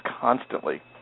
constantly